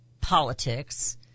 politics